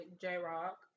J-Rock